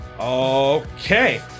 Okay